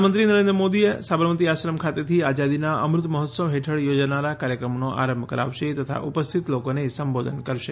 પ્રધાનમંત્રી નરેન્દ્ર મોદી સાબરમતી આશ્રમ ખાતેથી આઝાદીના અમૃત મહોત્સવ હેઠળ યોજાનારા કાર્યક્રમોનો આરંભ કરાવશે તથા ઉપસ્થિત લોકોને સંબોધન કરશે